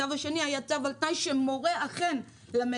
הצו השני היה צו על תנאי שמורה אכן למדינה,